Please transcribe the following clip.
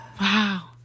Wow